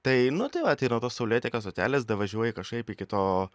tai nu tai vat yra tos saulėtekio stotelės davažiuoji kažkaip iki to